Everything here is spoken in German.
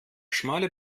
schmale